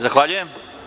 Zahvaljujem.